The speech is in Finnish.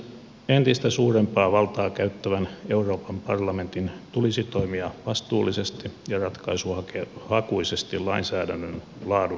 entistä suurempaa valtaa käyttävän euroopan parlamentin tulisi toimia vastuullisesti ja ratkaisuhakuisesti lainsäädännön laadun varmistamiseksi